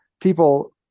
people